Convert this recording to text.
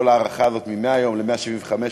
כל ההארכה הזאת מ-100 יום ל-175 יום,